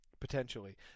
potentially